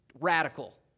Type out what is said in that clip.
radical